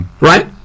Right